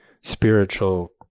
spiritual